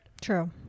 True